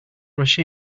rush